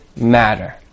matter